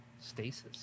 stasis